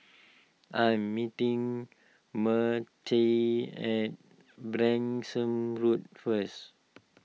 I'm meeting Mertie at Branksome Road first